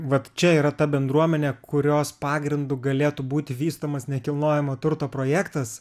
vat čia yra ta bendruomenė kurios pagrindu galėtų būti vystomas nekilnojamo turto projektas